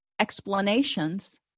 explanations